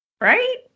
Right